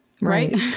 Right